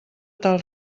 tal